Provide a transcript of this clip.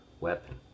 weapon